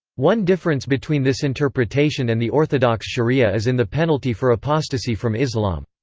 one difference between this interpretation and the orthodox sharia is in the penalty for apostasy from islam.